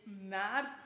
mad